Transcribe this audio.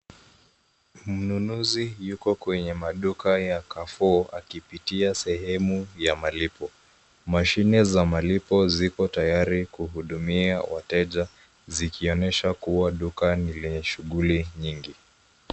Mnunuzi yuko kwenye maduka ya carrefour akipitia sehemu ya malipo, mashini za malipo ziko tayari kuhudumia wateja zikionyesha kuwa dukani lenye shughuli nyingi.